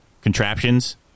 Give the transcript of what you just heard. contraptions